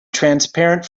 transparent